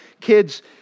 Kids